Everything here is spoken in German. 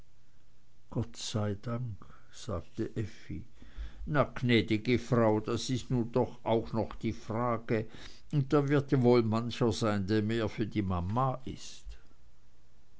gott sei dank sagte effi na gnäd'ge frau das ist nu doch auch noch die frage und da wird ja wohl mancher sein der mehr für die mama ist